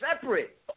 separate